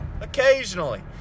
occasionally